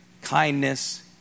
kindness